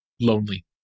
lonely